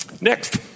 Next